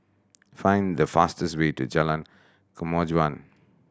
find the fastest way to Jalan Kemajuan